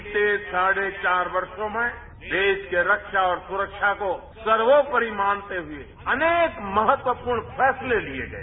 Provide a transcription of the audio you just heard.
बीते साढ़े चार वर्षों में देश के रक्षा और सुरक्षा को सर्वोपरि मानते हुए अनेक महत्वपूर्ण फैसले लिये गये